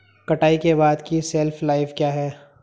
कटाई के बाद की शेल्फ लाइफ क्या है?